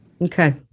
Okay